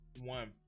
One